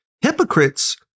Hypocrites